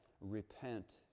Repent